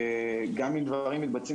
וגם אם דברים מתבצעים,